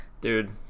Dude